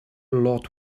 lot